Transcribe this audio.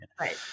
Right